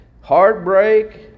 heartbreak